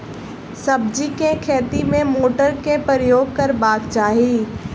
सब्जी केँ खेती मे केँ मोटर केँ प्रयोग करबाक चाहि?